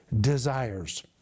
desires